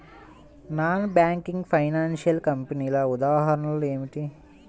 Non banking financial కంపెనీల ఉదాహరణలు ఏమిటి?